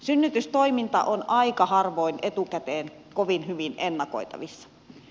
synnytystoiminta on aika harvoin etukäteen kovin hyvin ennakoitavissa